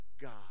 God